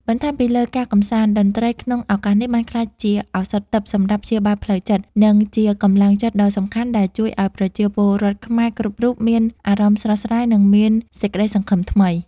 បន្ថែមពីលើការកម្សាន្ត តន្ត្រីក្នុងឱកាសនេះបានក្លាយជាឱសថទិព្វសម្រាប់ព្យាបាលផ្លូវចិត្ត និងជាកម្លាំងចិត្តដ៏សំខាន់ដែលជួយឱ្យប្រជាពលរដ្ឋខ្មែរគ្រប់រូបមានអារម្មណ៍ស្រស់ស្រាយ និងមានសេចក្តីសង្ឃឹមថ្មី។